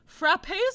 Frappes